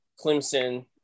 Clemson